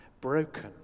broken